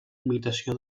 imitació